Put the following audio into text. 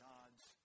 God's